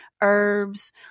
herbs